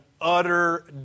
utter